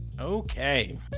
Okay